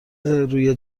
روی